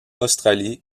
australie